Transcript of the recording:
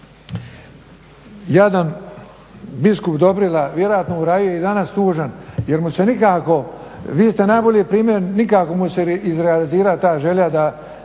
jadan biskup Dobrila, vjerojatno u raju je i danas tužan jer mu se nikako, vi ste najbolji primjer, nikako mu se izrealizirat ta želja da